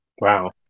Wow